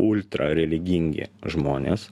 ultra religingi žmonės